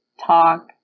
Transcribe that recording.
talk